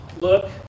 look